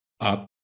up